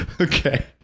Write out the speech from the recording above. Okay